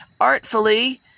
artfully